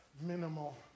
Minimal